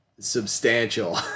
substantial